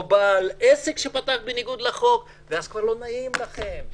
בעל עסק שפתח בניגוד לחוק ואז כבר לא יהיה לכם נעים,